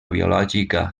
biològica